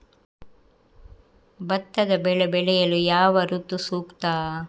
ಭತ್ತದ ಬೆಳೆ ಬೆಳೆಯಲು ಯಾವ ಋತು ಸೂಕ್ತ?